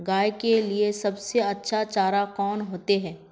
गाय के लिए सबसे अच्छा चारा कौन होते?